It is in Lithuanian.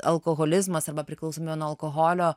alkoholizmas arba priklausomybė nuo alkoholio